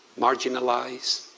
marginalized,